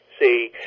see